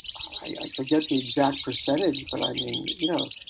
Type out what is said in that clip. i forget the exact percentage, but i mean, you know,